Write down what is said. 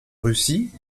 russie